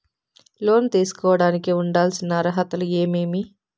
లోను తీసుకోడానికి ఉండాల్సిన అర్హతలు ఏమేమి?